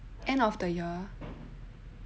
end of the year